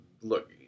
look